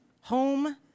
home